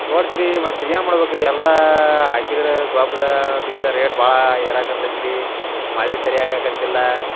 ನೋಡ್ತೀವ್ರೀ ಮತ್ತು ಏನು ಮಾಡ್ಬೇಕು ರೀ ಎಲ್ಲ ಹಾಕಿದ್ರೆ ಗೊಬ್ಬರ ಬೀಜ ರೇಟ್ ಭಾಳ ಏರಾಕತ್ತೈತಿ ರೀ ಮಳೆ ಸರಿಯಾಗಾಕ್ಕತ್ತಿಲ್ಲ